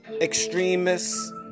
extremists